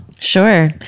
Sure